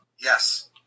Yes